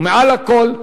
ומעל לכול,